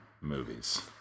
movies